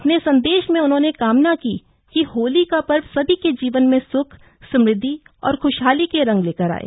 अपने संदेश में उन्होंने कामना की कि होली कापर्व सभी के जीवन में स्ख समृद्धि और ख्शहाली के रंग लेकर आये